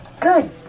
Good